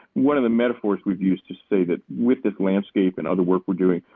one of the metaphors we've used to say that with that landscape and other work we're doing,